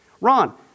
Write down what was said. Ron